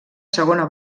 segona